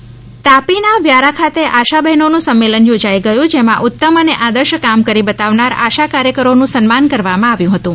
આશા સમ્મેલન તાપી ના વ્યારા ખાતે આશા બહેનો નું સંમેલન યોજાઇ ગયું જેમાં ઉત્તમ અને આદર્શ કામ કરી બતાવનાર આશા કાર્યકરો નું સન્માન કરવામાં આવ્યું હતું